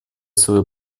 свое